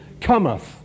cometh